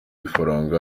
ifaranga